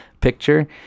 picture